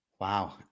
wow